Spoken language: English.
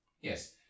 Yes